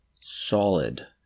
solid